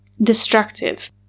destructive